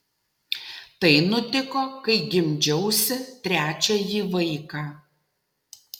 tai nutiko kai gimdžiausi trečiąjį vaiką